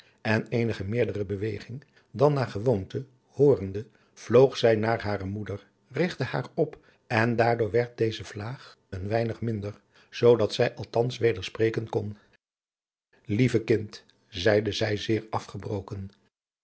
en eenige meerdere beweging dan naar gewoonte hoorende vloog zij naar hare moeder rigtte haar op en daardoor werd deze vlaag een weinig minder zoodat zij althans weder spreken kon lieve kind zeide zij zeer afgebroken